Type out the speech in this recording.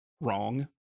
wrong